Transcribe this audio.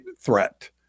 threat